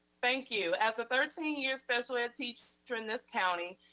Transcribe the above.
thank you. as a thirteen year special ed teacher in this county,